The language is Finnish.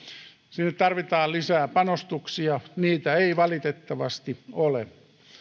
sinne tarvitaan lisää panostuksia niitä ei valitettavasti ole